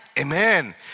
Amen